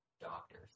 doctors